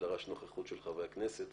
שדרש נוכחות של חברי הכנסת.